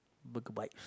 burger bites